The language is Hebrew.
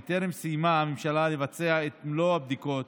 בטרם סיימה הממשלה לבצע את מלוא הבדיקות